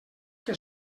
que